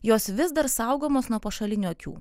jos vis dar saugomos nuo pašalinių akių